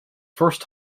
first